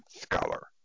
scholar